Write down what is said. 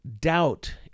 doubt